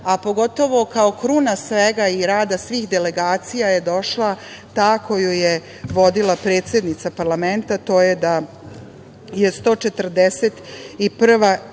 a pogotovo kao kruna svega i rada svih delegacija je došla ta koju je vodila predsednica parlamenta, a to je da je 141.